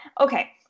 okay